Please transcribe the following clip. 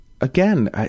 again